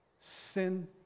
sin